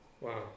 Wow